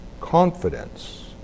confidence